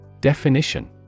Definition